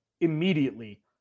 Immediately